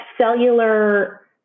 cellular